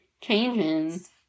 changes